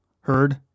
heard